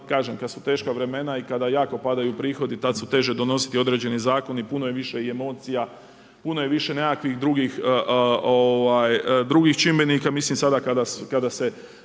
kada su teška vremena i kada jako padaju prihodi, tada se tuđe donose određeni zakoni, puno je više emocija, puno je više nekakvih drugih čimbenika, mislim sada kada se